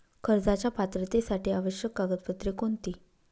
कर्जाच्या पात्रतेसाठी आवश्यक कागदपत्रे कोणती?